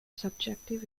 subjective